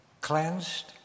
cleansed